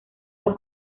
los